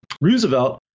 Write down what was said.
Roosevelt